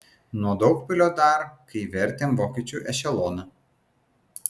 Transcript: nuo daugpilio dar kai vertėm vokiečių ešeloną